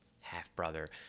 half-brother